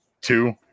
two